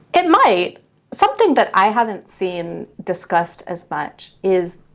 it might something that i haven't seen discussed as much is.